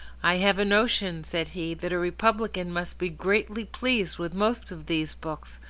i have a notion, said he, that a republican must be greatly pleased with most of these books,